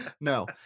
No